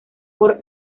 por